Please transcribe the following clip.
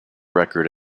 record